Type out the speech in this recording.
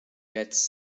gets